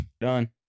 Done